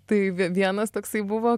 tai vie vienas toksai buvo